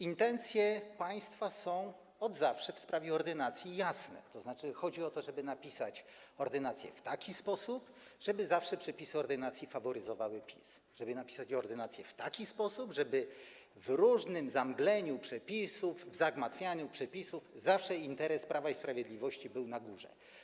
Intencje państwa są od zawsze w sprawie ordynacji jasne, to znaczy chodzi o to, żeby napisać ordynację w taki sposób, by zawsze jej przepisy faworyzowały PiS, żeby napisać ją w taki sposób, by w różnym zamgleniu przepisów, w zagmatwaniu przepisów zawsze interes Prawa i Sprawiedliwości był na górze.